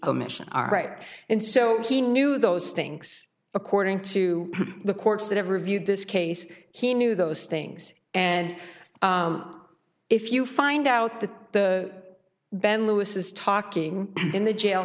omission all right and so he knew those things according to the courts that have reviewed this case he knew those things and if you find out that the ben lewis is talking in the jail